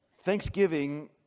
Thanksgiving